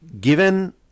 given